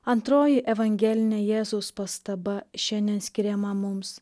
antroji evangelinė jėzaus pastaba šiandien skiriama mums